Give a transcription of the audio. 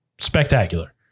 Spectacular